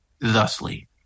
thusly